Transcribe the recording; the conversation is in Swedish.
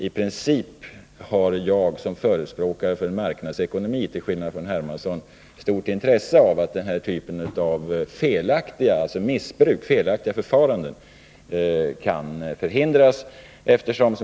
I princip har jag, som till skillnad från Carl-Henrik Hermansson förespråkar en marknadsekonomi, stort intresse av att den här typen av felaktiga förfaranden kan förhindras.